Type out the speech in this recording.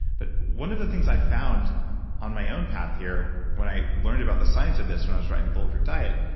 but one of the things i found on my own path here when i learned about the science of this, when i was writing the bulletproof diet,